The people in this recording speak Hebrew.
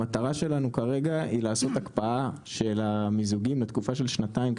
שהמטרה שלנו כרגע היא לעשות הקפאה של המיזוגים לתקופה של שנתיים,